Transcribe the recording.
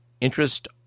interest